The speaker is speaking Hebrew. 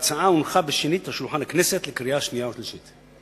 וההצעה הונחה בשנית על שולחן הכנסת לקריאה שנייה ולקריאה שלישית.